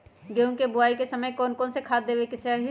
गेंहू के बोआई के समय कौन कौन से खाद देवे के चाही?